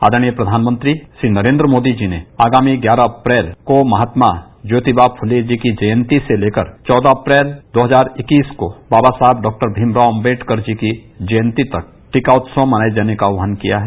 आदरणीय प्रषानमंत्री श्री नरेन्द्र मोदी जी ने आगामी ग्यारह अप्रैल को महात्मा ज्योतिबा फूले जी की जयंती से लेकर चौदह दो हजार इक्कीस को बाबा साहेब डॉक्टर भीमराव अप्रेडकर जी की जयंती तक टीका उत्सव मनाए जाने का आहवान किया है